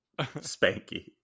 Spanky